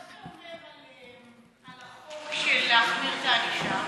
מה זה אומר על החוק של החמרת הענישה?